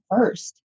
first